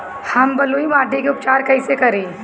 हम बलुइ माटी के उपचार कईसे करि?